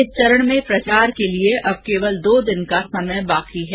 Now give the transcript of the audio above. इस चरण में प्रचार के लिए केवल दो दिन का समय बाकी है